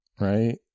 right